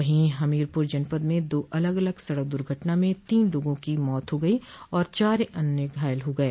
वहीं हमीरपुर जनपद में दो अलग अलग सड़क दुर्घटना में तीन लोगों की मौत हा गई और चार अन्य घायल हो गये